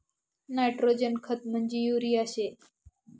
nitrogen खत म्हंजी urea शे